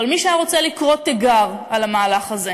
אבל מי שהיה רוצה לקרוא תיגר על המהלך הזה